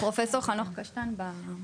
פרופ' חנון קשתן בזום.